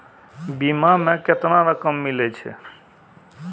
बीमा में केतना रकम मिले छै?